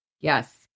Yes